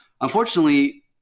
Unfortunately